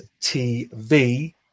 TV